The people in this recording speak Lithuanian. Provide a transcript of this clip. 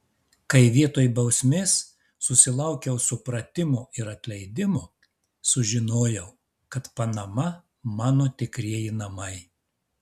kai vietoj bausmės susilaukiau supratimo ir atleidimo sužinojau kad panama mano tikrieji namai